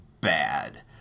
bad